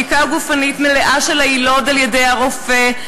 בדיקה גופנית מלאה של היילוד על-ידי הרופא,